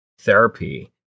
therapy